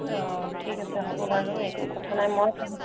অঁ ঠিক আছে হ'ব বাৰু একো কথা নাই মই